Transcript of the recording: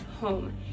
home